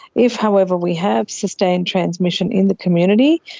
if, however, we have sustained transmission in the community,